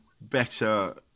better